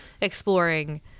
exploring